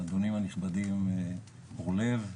האדונים הנכבדים אורלב,